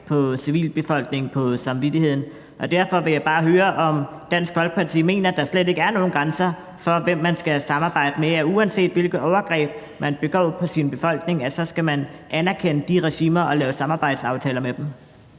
på civilbefolkningen på samvittigheden. Derfor vil jeg bare høre, om Dansk Folkeparti mener, at der slet ikke er nogen grænser for, hvem man skal samarbejde med, og at man, uanset hvilke overgreb nogle regimer begår på deres befolkning, skal anerkende dem og lave samarbejdsaftaler med dem.